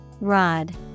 rod